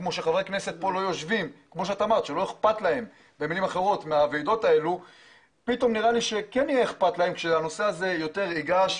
אנחנו רואים שלהרבה חברי כנסת לא אכפת מהוועדות האלה והם לא יושבים